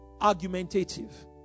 argumentative